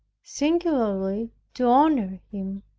singularly to honor him